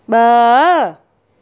ब॒